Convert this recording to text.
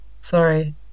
sorry